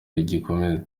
rigikomeza